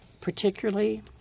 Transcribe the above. particularly